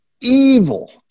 evil